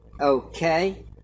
Okay